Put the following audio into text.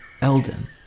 Elden